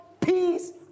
peace